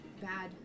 bad